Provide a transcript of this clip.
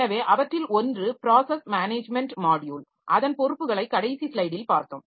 எனவே அவற்றில் ஒன்று ப்ராஸஸ் மேனேஜ்மென்ட் மாட்யுல் அதன் பொறுப்புகளை கடைசி ஸ்லைடில் பார்த்தோம்